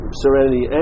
serenity